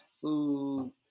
food